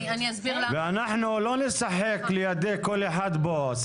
אנחנו לא נשחק לידי כל אחד פה.